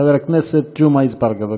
חבר הכנסת ג'מעה אזברגה.